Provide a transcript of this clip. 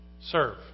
Serve